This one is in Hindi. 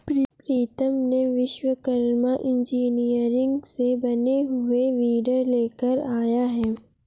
प्रीतम ने विश्वकर्मा इंजीनियरिंग से बने हुए वीडर लेकर आया है